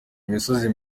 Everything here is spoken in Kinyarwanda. imisozi